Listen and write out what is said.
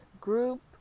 Group